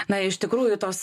na iš tikrųjų tos